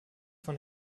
von